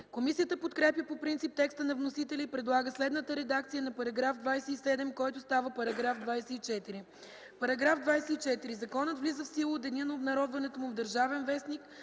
Комисията подкрепя по принцип и текста на вносителя и предлага следната редакция на § 27, който става § 24: „§ 24. Законът влиза в сила от деня на обнародването му в „Държавен вестник”,